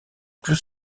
plus